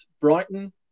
Brighton